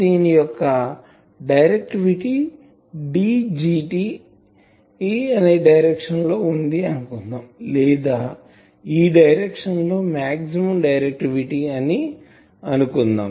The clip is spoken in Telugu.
దీని యొక్క డైరెక్టివిటి Dgt ఈ డైరెక్షన్ లో వుంది అనుకుందాం లేదా ఈ డైరెక్షన్ లో మాక్సిమం డైరెక్టివిటి వుంది అని అనుకుందాం